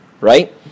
right